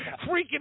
freaking